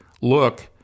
look